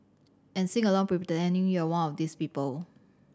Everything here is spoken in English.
and sing along pretending you're one of these people